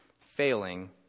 failing